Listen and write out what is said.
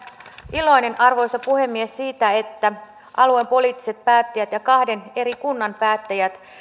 iloinen arvoisa puhemies siitä että alueen poliittiset päättäjät ja kahden eri kunnan päättäjät